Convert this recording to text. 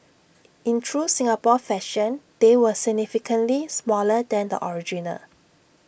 in true Singapore fashion they were significantly smaller than the original